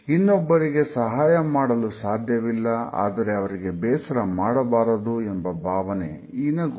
ಇನ್ನೊಬ್ಬರಿಗೆ ಸಹಾಯ ಮಾಡಲು ಸಾಧ್ಯವಿಲ್ಲ ಆದರೆ ಅವರಿಗೆ ಬೇಸರ ಮಾಡಬಾರದು ಎಂಬ ಭಾವನೆ ಈ ನಗು